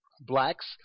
Blacks